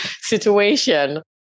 situation